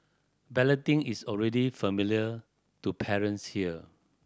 balloting is already familiar to parents here